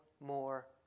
more